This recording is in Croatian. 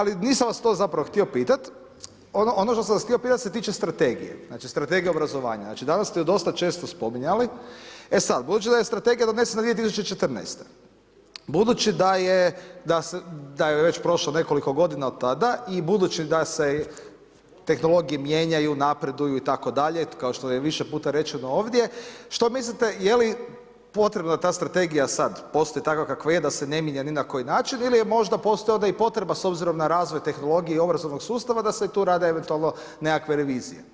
Ali, nisam vas to zapravo htio pitati, ono što sam vas htio pitati se tiče strategije, strategije obrazovanja, znači, danas ste ju dosta često spominjali, e sad budući da je strategija donesena 2014. budući da je već prošlo nekoliko godina od tada i budući da se tehnologije mijenjanju, napreduju itd. kao što je više puta rečeno ovdje, što mislite, je li potrebna ta strategija sada, postoji takva kakva je da se ne mijenja ni na koji način ili možda postoji onda i potreba s obzirom na razvoj tehnologije i obrazovnog sustava da se tu rade eventualno nekakve revizije.